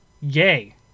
yay